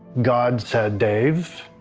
god said, dave,